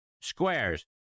Squares